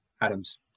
Adams